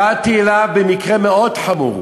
באתי אליו עם מקרה מאוד חמור,